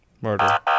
murder